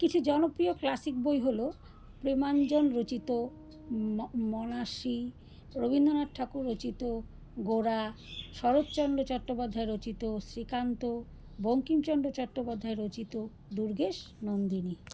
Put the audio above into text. কিছু জনপ্রিয় ক্লাসিক বই হল প্রেমাঞ্জন রচিত মন মনাশী রবীন্দ্রনাথ ঠাকুর রচিত গোরা শরৎচন্দ্র চট্টোপাধ্যায় রচিত শ্রীকান্ত বঙ্কিমচন্দ্র চট্টোপাধ্যায় রচিত দুর্গেশ নন্দিনী